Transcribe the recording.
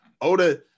Oda